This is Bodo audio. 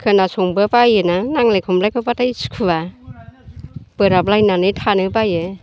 खोनासंनोबो बायो ना नांज्लाय खमज्लायखौब्लाथाय सुखुवा बोराब लायनानै थानो बायो